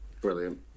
Brilliant